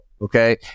okay